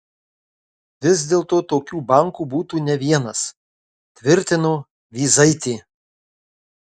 vis dėlto tokių bankų būtų ne vienas tvirtino vyzaitė